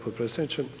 potpredsjedniče.